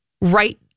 right